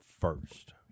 first